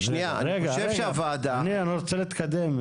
הייתי אומר,